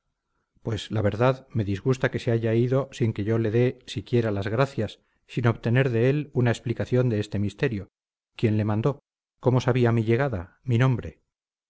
pues la verdad me disgusta que se haya ido sin que yo le dé siquiera las gracias sin obtener de él una explicación de este misterio quién le mandó cómo sabía mi llegada mi nombre